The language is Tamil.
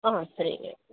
ஆ சரிங்க